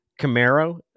camaro